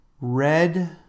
red